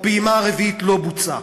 הפעימה הרביעית לא בוצעה.